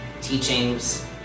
teachings